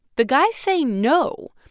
the guys say no.